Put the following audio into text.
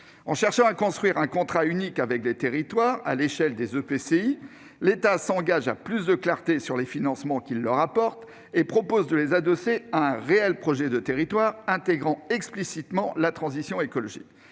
En cherchant à construire un contrat unique avec les territoires, à l'échelle des EPCI, l'État s'engage à plus de clarté sur les financements qu'il leur apporte et propose de les adosser à un réel projet de territoire intégrant explicitement la transition écologique.